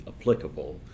applicable